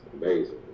amazing